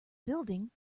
building